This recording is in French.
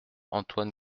antoine